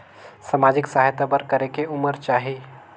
समाजिक सहायता बर करेके उमर चाही?